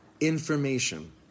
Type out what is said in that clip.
information